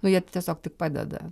nu jie tiesiog tik padeda